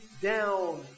down